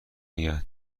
نیگه